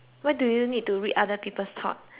read other people's thought